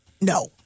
No